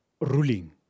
ruling